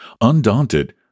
Undaunted